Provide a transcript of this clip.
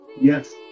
Yes